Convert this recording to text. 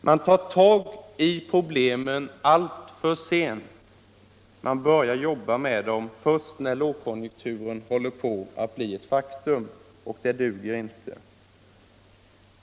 Man tar tag i problemen alltför sent och börjar jobba med dem först när lågkonjunkturen håller på att bli ett faktum. Det duger inte.